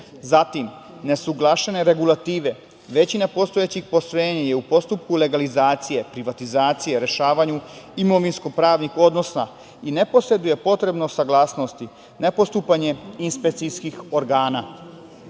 Zatim, neusaglašene regulative. Većina postojećih postrojenja je u postupku legalizacije, privatizacije, rešavanju imovinsko-pravnih odnosa, i ne posedovanje potrebne saglasnosti, ne postupanje inspekcijskih organa. Navešću